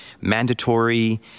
mandatory